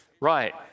Right